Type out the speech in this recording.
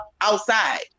outside